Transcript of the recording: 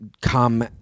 come